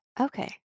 okay